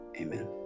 amen